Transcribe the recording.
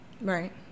Right